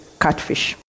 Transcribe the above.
catfish